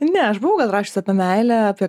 ne aš buvau gal rašius apie meilę apie